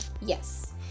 Yes